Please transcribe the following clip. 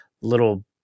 little